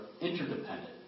interdependent